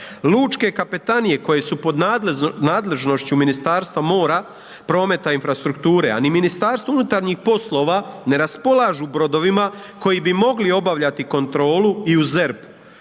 Lučke kapetanije koje su pod nadležnošću Ministarstva, mora, prometa i infrastrukture, a ni MUP ne raspolažu bodovima koji bi mogli obavljati kontrolu i u